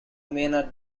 maynard